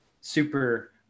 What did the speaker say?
super